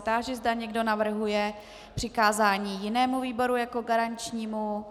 Táži se, zda někdo navrhuje přikázání jinému výboru jako garančnímu.